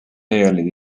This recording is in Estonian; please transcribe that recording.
olid